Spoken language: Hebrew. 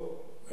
לפחות חלק,